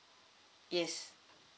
yes